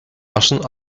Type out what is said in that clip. russian